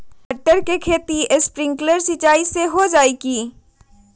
मटर के खेती स्प्रिंकलर सिंचाई से हो जाई का?